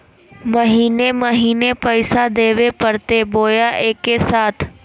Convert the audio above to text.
महीने महीने पैसा देवे परते बोया एके साथ?